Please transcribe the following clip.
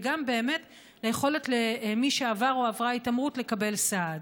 וגם באמת היכולת למי שעבר או עברה התעמרות לקבל סעד.